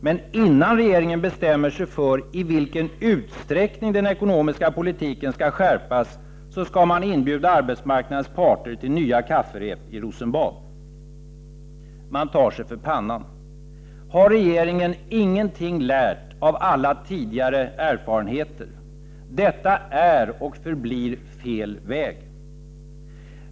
Men innan regeringen bestämmer sig för i vilken utsträckning den ekonomiska politiken skall skärpas skall man inbjuda arbetsmarknadens parter till nya kafferep i Rosenbad. Man tar sig för pannan! Har regeringen ingenting lärt av alla tidigare erfarenheter? Detta är och förblir fel väg.